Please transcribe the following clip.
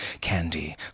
Candy